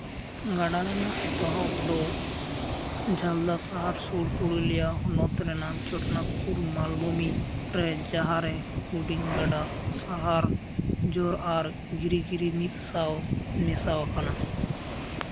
ᱜᱟᱰᱟ ᱨᱮᱱᱟᱜ ᱮᱛᱚᱦᱚᱵ ᱫᱚ ᱡᱷᱟᱞᱫᱟ ᱥᱟᱦᱟᱨ ᱥᱩᱨ ᱯᱩᱨᱩᱞᱤᱭᱟ ᱦᱚᱱᱚᱛ ᱨᱮᱱᱟᱜ ᱪᱷᱳᱴᱳᱱᱟᱜᱽᱯᱩᱨ ᱢᱟᱞᱵᱷᱩᱢᱤ ᱨᱮ ᱡᱟᱦᱟᱸᱨᱮ ᱦᱩᱰᱤᱧ ᱜᱟᱰᱟ ᱥᱟᱦᱟᱨ ᱡᱷᱳᱨ ᱟᱨ ᱜᱤᱨᱤ ᱜᱤᱨᱤ ᱢᱤᱫ ᱥᱟᱶ ᱢᱮᱥᱟ ᱟᱠᱟᱱᱟ